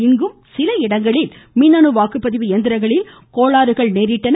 இங்கும் சில இடங்களில் மின்னணு வாக்குப்பதிவு இயந்திரங்களில் கோளாறுகள் நேரிட்டன